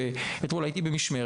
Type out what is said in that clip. אלה חיי אדם,